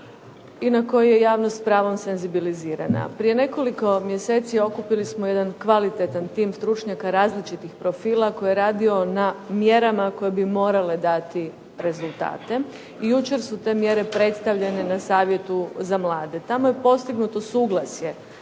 i na koji je javnost s pravom senzibilizirana. Prije nekoliko mjeseci okupili smo jedan kvalitetan tim stručnjaka različitih profila koji je radio na mjerama koji bi morale dati rezultate i jučer su te mjere predstavljene na Savjetu za mlade. Tamo su postignuto suglasje